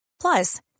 Plus